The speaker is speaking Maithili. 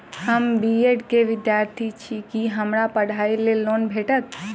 हम बी ऐड केँ विद्यार्थी छी, की हमरा पढ़ाई लेल लोन भेटतय?